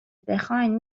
بخواین